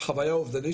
חוויה אובדנית,